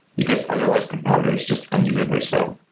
because otherwise compiler is just unusably slow.